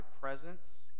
presence